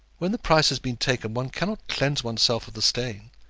when the price has been taken one cannot cleanse oneself of the stain.